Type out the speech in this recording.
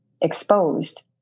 exposed